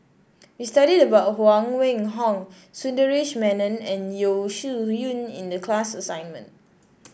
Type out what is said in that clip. we studied about Huang Wenhong Sundaresh Menon and Yeo Shih Yun in the class assignment